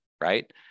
right